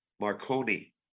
Marconi